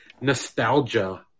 nostalgia